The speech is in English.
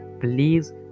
please